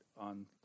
on